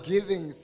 Giving